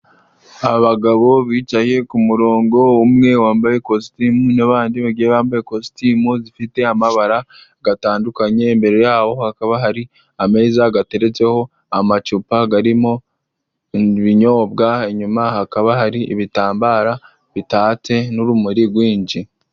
Abagabo bicaye k'umurongo umwe wambaye kositimu n'abandi bagiye bambaye kositimu zifite amabara atandukanye, imbere y'aho hakaba hari ameza ateretseho amacupa arimo ibinyobwa, inyuma hakaba hari ibitambara bitatse n'urumuri rwinshi.